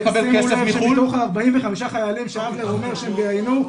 שימו לב שמתוך ה-45 חיילים שאבנר אומר שהם ראיינו,